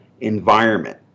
environment